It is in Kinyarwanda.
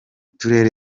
turere